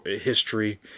history